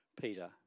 Peter